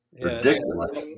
Ridiculous